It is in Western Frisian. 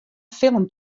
film